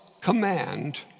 command